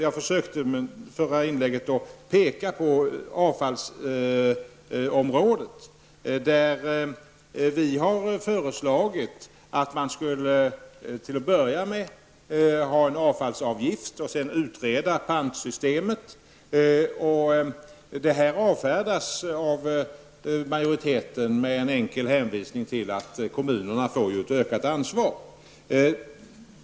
Jag pekade i mitt förra anförande på avfallsområdet. Vi har föreslagit att man till en början skulle ha en avfallsavgift och därefter utreda frågan om pantsystemet. Detta avfärdas av majoriteten med en enkel hänvisning till att kommunerna får ett ökat ansvar.